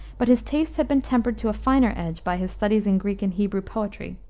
but his taste had been tempered to a finer edge by his studies in greek and hebrew poetry.